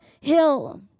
hill